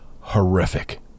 horrific